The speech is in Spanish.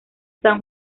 san